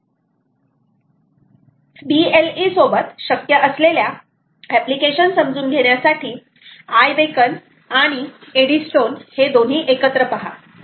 BLE सोबत शक्य असलेल्या एप्लिकेशन समजून घेण्यासाठी आय बेकन आणि एडी स्टोन हे दोन्ही एकत्र पहा